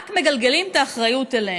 רק מגלגלים את האחריות אליהם.